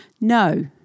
No